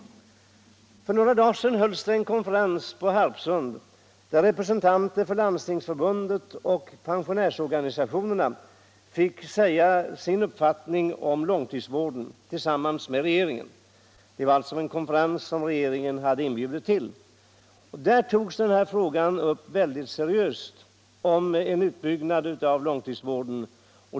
För några dagar sedan hölls en konferens på Harpsund, där representanter för Landstingsförbundet och pensionärsorganisationerna fick säga sin uppfattning om långtidsvården tillsammans med regeringen. Det var en konferens som regeringen hade inbjudit till. Där togs frågan om en utbyggnad av långtidsvården upp mycket seriöst.